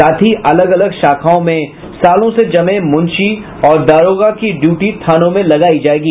साथ ही अलग अलग शाखाओं में सालों से जमे मुंशी और दारोगा की ड्यूटी थानों में लगाई जायेगी